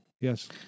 Yes